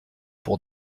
pour